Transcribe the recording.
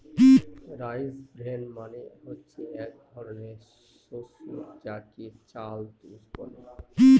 rice bran মানে হচ্ছে এক ধরনের শস্য যাকে চাল তুষ বলে